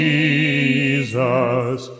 Jesus